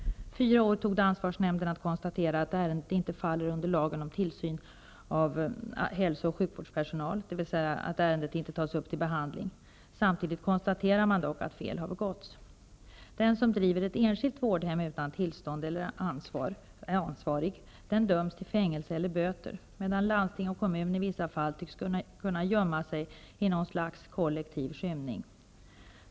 Det tog fyra år för ansvarsnämnden att konstatera att ärendet inte faller under lagen om tillsyn av hälso och sjukvårdspersonal, dvs. att ärendet inte tas upp till behandling. Man konstaterar samtidigt att fel har begåtts. Den som driver ett enskilt vårdhem utan tillstånd är ansvarig och döms till fängelse eller böter. Landsting och kommun tycks emellertid i vissa fall kunna gömma sig i något slags kollektiv skymning.